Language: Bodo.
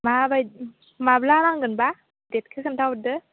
माबायदि माब्ला नांगोन बा डेटखो खिन्था हरदो